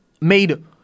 made